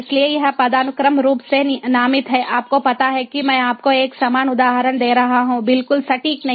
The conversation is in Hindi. इसलिए यह पदानुक्रम रूप से नामित है आपको पता है कि मैं आपको एक समान उदाहरण दे रहा हूं बिल्कुल सटीक नहीं